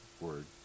word